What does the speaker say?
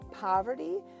poverty